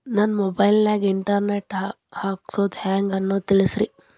ನನ್ನ ಮೊಬೈಲ್ ಗೆ internet ಹಾಕ್ಸೋದು ಹೆಂಗ್ ಅನ್ನೋದು ತಿಳಸ್ರಿ